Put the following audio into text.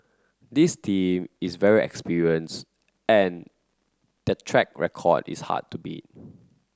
this team is very experienced and their track record is hard to beat